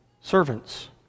servants